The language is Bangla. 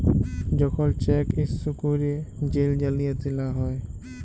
যখল চ্যাক ইস্যু ক্যইরে জেল জালিয়াতি লা হ্যয়